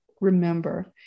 remember